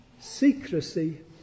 secrecy